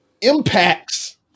Impact's